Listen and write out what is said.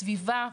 הסביבה.